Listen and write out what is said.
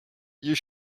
you